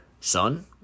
son